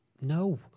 No